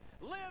live